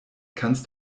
kannst